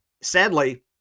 Sadly